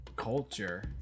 culture